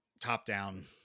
top-down